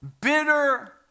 bitter